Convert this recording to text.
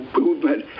movement